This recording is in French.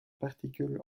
particule